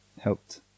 helped